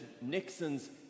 Nixon's